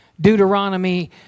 Deuteronomy